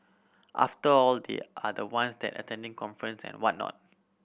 after all they are the ones that attending conference and whatnot